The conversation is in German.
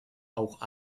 auch